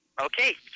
Okay